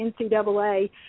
NCAA